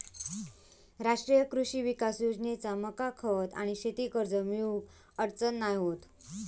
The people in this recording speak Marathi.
राष्ट्रीय कृषी विकास योजनेतना मका खत आणि शेती कर्ज मिळुक अडचण नाय होत